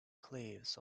cliffs